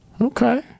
Okay